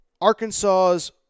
Arkansas's